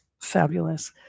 fabulous